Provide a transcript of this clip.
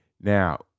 now